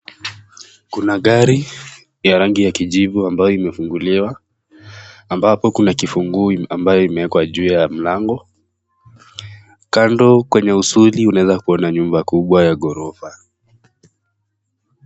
Kuna gari ya rangi ya kijifu ambayo imefunguliwa ambapo Kuna kifunguu ambayo imewekwa juu ya mlango kando kwenye uzuli unaeza kuona nyumba kubwa ya ghorofa.